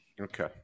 Okay